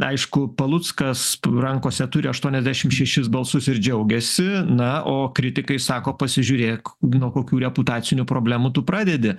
aišku paluckas rankose turi aštuoniasdešim šešis balsus ir džiaugiasi na o kritikai sako pasižiūrėk nuo kokių reputacinių problemų tu pradedi